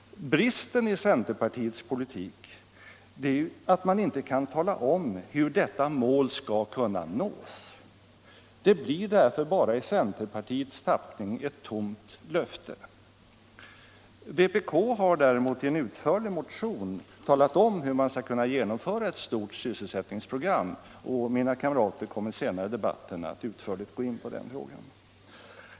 Bristen i centerpartiets politik är att man inte kan tala om, hur detta mål skall kunna nås. Det blir därför i centerpartiets tappning bara ett tomt löfte. Vpk har däremot i en utförlig motion talat om, hur man skall kunna genomföra ett stort sysselsättningsprogram, och mina kamrater kommer senare i debatten att grundligare gå in på den frågan.